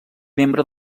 membre